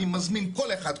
אני מזמין כל אחד,